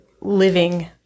living